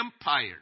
Empire